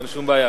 אין שום בעיה.